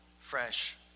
fresh